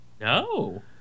No